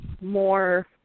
more